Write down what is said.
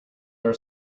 are